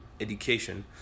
education